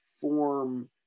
form